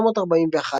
1939–1941,